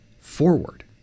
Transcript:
forward